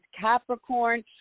capricorn